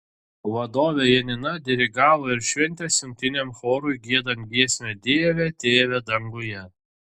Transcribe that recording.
vadovė janina dirigavo ir šventės jungtiniam chorui giedant giesmę dieve tėve danguje